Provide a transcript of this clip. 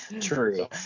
True